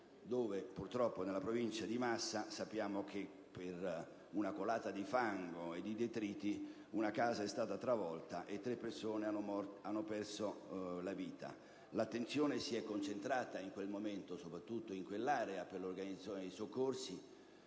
dove purtroppo, nella provincia di Massa, per una colata di fango e di detriti una casa è stata travolta e tre persone hanno perso la vita. L'attenzione si è concentrata in quel momento soprattutto in quell'area per l'organizzazione dei soccorsi